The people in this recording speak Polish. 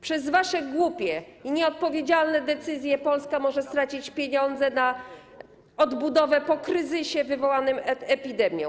Przez wasze głupie i nieodpowiedzialne decyzje Polska może stracić pieniądze na odbudowę po kryzysie wywołanym epidemią.